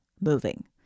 moving